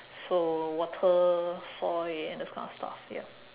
so water soil and those kind of stuff ya